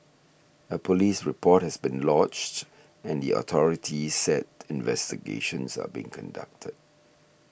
a police report has been lodged and the authorities said investigations are being conducted